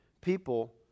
people